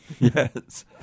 Yes